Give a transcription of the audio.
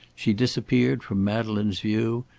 she disappeared from madeleine's view,